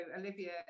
Olivia